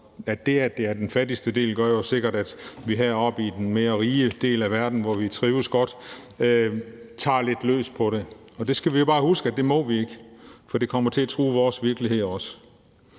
og det, at det er den fattigste del, gør jo sikkert, at vi heroppe i den mere rige del af verden, hvor vi trives godt, tager lidt løst på det. Og vi skal bare huske, at det må vi ikke, for det kommer også til at true vores virkelighed.